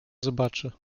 zobaczy